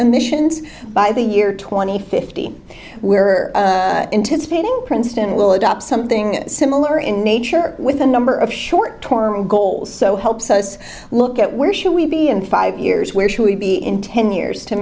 emissions by the year two thousand and fifty we are anticipating princeton will adopt something similar in nature with a number of short term goals so helps us look where should we be in five years where should we be in ten years to